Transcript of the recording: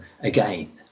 again